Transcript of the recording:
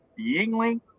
Yingling